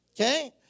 okay